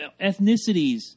ethnicities